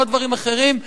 לא דברים אחרים,